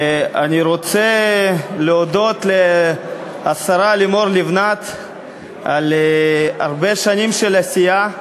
אני רוצה להודות לשרה לימור לבנת על הרבה שנים של עשייה,